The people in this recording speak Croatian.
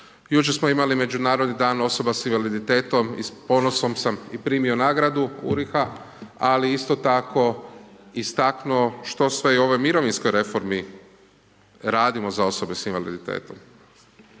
Jučer smo imali Međunarodni dan osoba s invaliditetom i s ponosom sam i primio nagradu URIH-a ali isto tako istaknuo što sve i u ovoj mirovinskoj reformi radimo za osobe s invaliditetom,